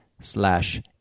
slash